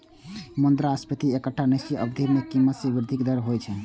मुद्रास्फीति एकटा निश्चित अवधि मे कीमत मे वृद्धिक दर होइ छै